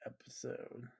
episode